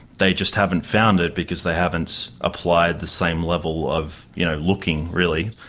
they just haven't found it because they haven't applied the same level of, you know, looking, really.